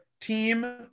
Team